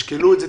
תשקלו את זה.